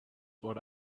what